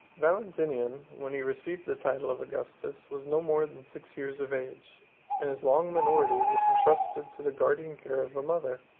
valentinian, when he received the title of augustus, was no more than six years of age and his long minority was intrusted to the guardian care of a mother,